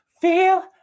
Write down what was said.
feel